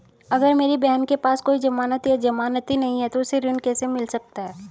अगर मेरी बहन के पास कोई जमानत या जमानती नहीं है तो उसे कृषि ऋण कैसे मिल सकता है?